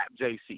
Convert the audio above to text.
JC